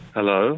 Hello